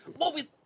Movie